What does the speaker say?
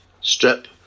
strip